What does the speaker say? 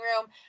room